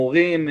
מורים,